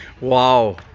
Wow